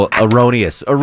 erroneous